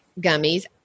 gummies